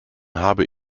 habe